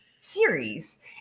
series